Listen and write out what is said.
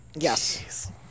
Yes